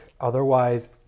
Otherwise